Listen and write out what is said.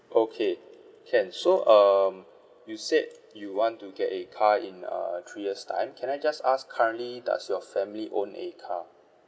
okay can so um you say you want to get a car in uh three years time can I just ask currently does your family own a car